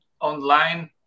online